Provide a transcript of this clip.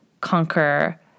conquer